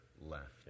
left